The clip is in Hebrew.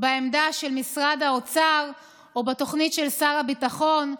בעמדה של משרד האוצר, או בתוכנית של שר הביטחון.